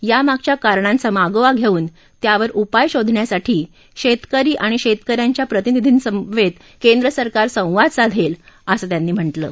यामागच्या कारणांचा मागोवा घेऊन त्यावर उपाय शोधण्यासाठी शेतकरी आणि शेतक यांच्या प्रतिनिधींबरोबर केंद्रसरकार संवाद साधेल असं रुपाला यांनी म्हटलं आहे